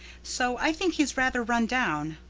so i think he's rather run down.